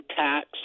tax